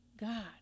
God